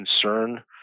concern